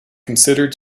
considered